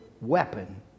weapon